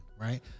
right